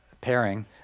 pairing